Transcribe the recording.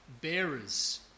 bearers